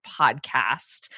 podcast